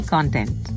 Content